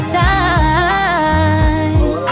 time